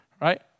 Right